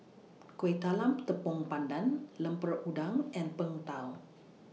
Kueh Talam The Tepong Pandan Lemper Udang and Png Tao